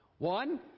One